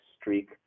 streak